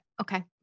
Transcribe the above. Okay